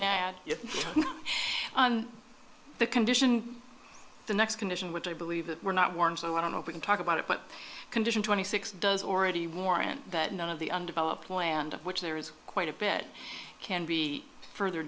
next on the condition the next condition which i believe that we're not warm so i don't know if we can talk about it but condition twenty six does already warrant that none of the undeveloped land of which there is quite a bit can be further